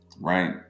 right